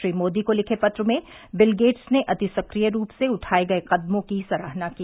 श्री मोदी को लिखे पत्र में बिल गेट्स ने अति सक्रिय रूप से उठाए गए कदमों की सराहना की